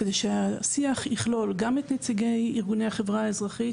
ושהשיח יכלול גם את נציגי ארגוני החברה האזרחית